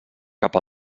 cap